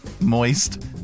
moist